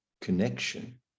connection